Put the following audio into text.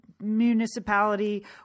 municipality